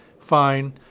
fine